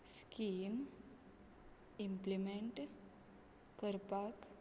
scheme implement करपाक